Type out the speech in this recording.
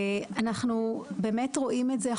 אנחנו באמת רואים את זה,